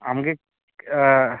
ᱟᱢ ᱜᱮ